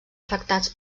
afectats